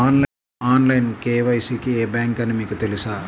Online KYC కి ఏ bank అని మీకు తెలుసా?